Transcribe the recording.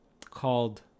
Called